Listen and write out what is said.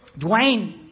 Dwayne